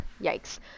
yikes